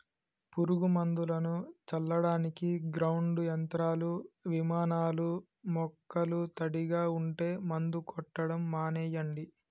పురుగు మందులను చల్లడానికి గ్రౌండ్ యంత్రాలు, విమానాలూ మొక్కలు తడిగా ఉంటే మందు కొట్టడం మానెయ్యండి